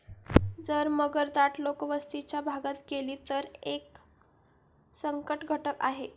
जर मगर दाट लोकवस्तीच्या भागात गेली, तर ती एक संकटघटक आहे